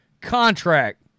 contract